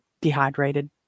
dehydrated